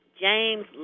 James